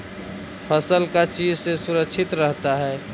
फसल का चीज से सुरक्षित रहता है?